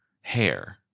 hair